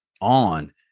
on